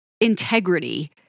integrity